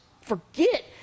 forget